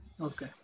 okay